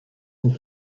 nous